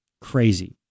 Crazy